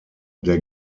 der